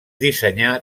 dissenyà